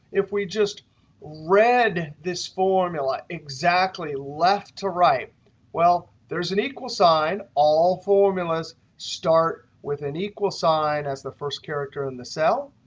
if we just read this formula exactly left to right well, there is an equal sign. all formulas start with an equal sign as the first character in the cell.